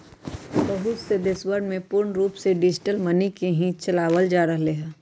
बहुत से देशवन में पूर्ण रूप से डिजिटल मनी के ही चलावल जा रहले है